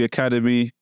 Academy